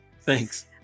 Thanks